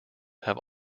have